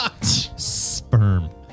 Sperm